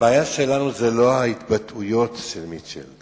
הבעיה שלנו היא לא ההתבטאויות של מיטשל,